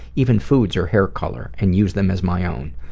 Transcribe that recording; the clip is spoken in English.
even foods or hair color and use them as my own.